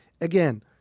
again